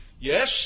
Yes